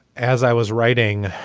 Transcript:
as i was writing